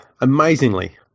amazingly